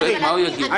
שופט מה הוא יגיד לו?